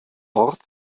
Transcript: ort